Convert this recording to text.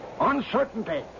Uncertainty